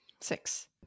Six